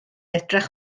edrych